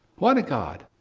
what a god.